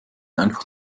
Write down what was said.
einfach